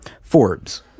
forbes